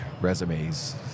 resumes